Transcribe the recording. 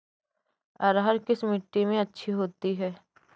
अरहर किस मिट्टी में अच्छी होती है?